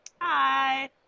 Hi